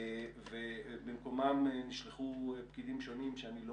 ובמקומם נשלחו פקידים שונים שאני לא